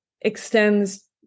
extends